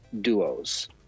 duos